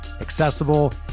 accessible